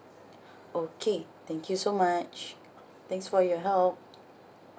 okay thank you so much thanks for your help